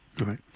right